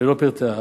ללא פרטי האב,